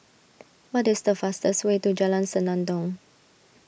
what is the fastest way to Jalan Senandong